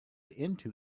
into